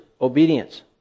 obedience